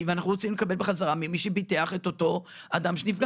ואנחנו רוצים לקבל בחזרה ממי שביטח את אותו אדם שנפגע.